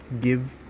give